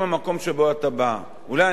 אולי אני יכול להגיד את זה יותר בקלות.